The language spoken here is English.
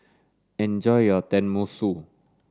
enjoy your Tenmusu